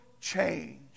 change